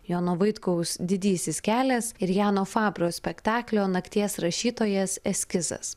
jono vaitkaus didysis kelias ir jano fabrio spektaklio nakties rašytojas eskizas